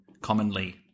commonly